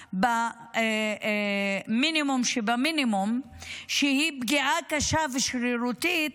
במינימום שבמינימום שהיא פגיעה קשה ושרירותית,